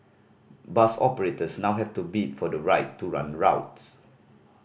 bus operators now have to bid for the right to run routes